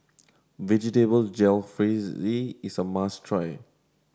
Vegetable Jalfrezi is a must try